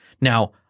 Now